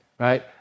Right